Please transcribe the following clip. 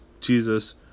Jesus